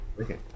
Okay